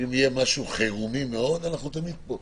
אם יהיה משהו חירומי מאוד אנחנו תמיד פה.